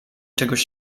czegoś